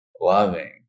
loving